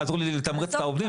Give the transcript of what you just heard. יעזור לי לתמרץ את העובדים.